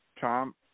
Tom